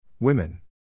Women